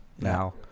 now